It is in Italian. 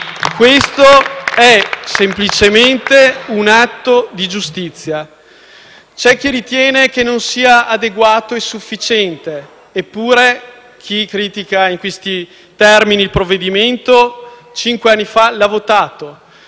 Questo è semplicemente un atto di giustizia. C'è chi ritiene che non sia adeguato e sufficiente, eppure chi critica il provvedimento in questi termini cinque anni fa ha votato